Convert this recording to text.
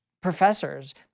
professors